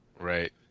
Right